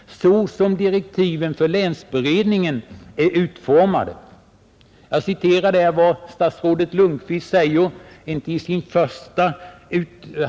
Jag vill här citera vad statsrådet Lundkvist säger i direktiven.